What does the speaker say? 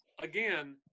Again